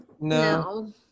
No